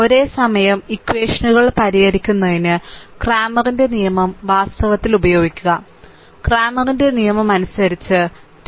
ഒരേസമയം ഇക്വഷനുകൾ പരിഹരിക്കുന്നതിന് ക്രാമറിന്റെ നിയമം വാസ്തവത്തിൽ ഉപയോഗിക്കാം ക്രാമറിന്റെ നിയമമനുസരിച്ച് 2